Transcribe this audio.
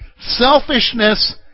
selfishness